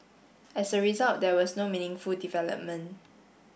as a result there was no meaningful development